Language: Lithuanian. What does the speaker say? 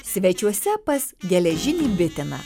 svečiuose pas geležinį bitiną